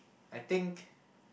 I think